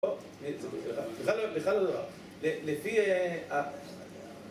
וזה הדבר לפי